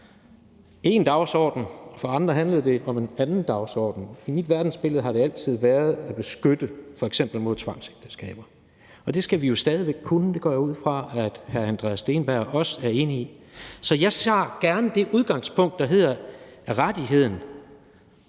én dagsorden, og for andre handlede det om en anden dagsorden. I mit verdensbillede har det altid været at beskytte mod f.eks. tvangsægteskaber. Og det skal vi jo stadig væk kunne. Det går jeg ud fra at hr. Andreas Steenberg også er enig i. Så jeg tager gerne det udgangspunkt, der hedder rettigheden.